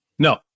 No